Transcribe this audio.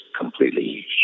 completely